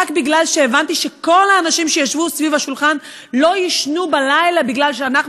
רק משום שהבנתי שכל האנשים שישבו סביב השולחן לא יישנו בלילה כי אנחנו,